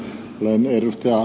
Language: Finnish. olen ed